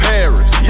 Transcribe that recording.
Paris